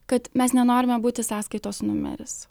kad mes nenorime būti sąskaitos numeris